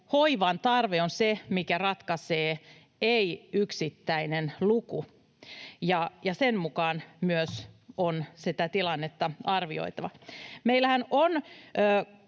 hoivan tarve on se, mikä ratkaisee, ei yksittäinen luku, ja sen mukaan myös on sitä tilannetta arvioitava. Meillähän on